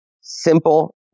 simple